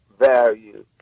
Value